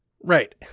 Right